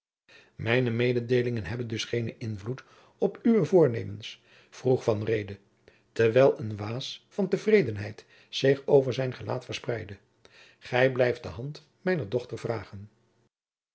mijne mededeelingen hebben dus geenen invloed op uwe voornemens vroeg van reede terwijl een waas van tevredenheid zich over zijn gelaat verspreidde gij blijft de hand mijner dochter vragen